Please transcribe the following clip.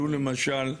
לו, למשל,